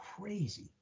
crazy